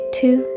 two